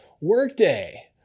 workday